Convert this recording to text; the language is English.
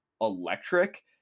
electric